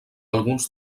alguns